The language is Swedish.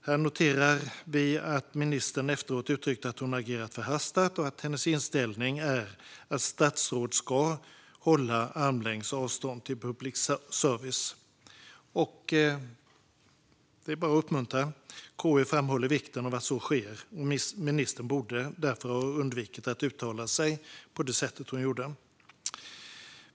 Här noterar vi att ministern efteråt uttryckte att hon agerat förhastat och att hennes inställning är att statsråd ska hålla armlängds avstånd till public service. Det är bara att uppmuntra detta. KU framhåller vikten av att så sker. Ministern borde därför ha undvikit att uttala sig på det sätt hon gjorde.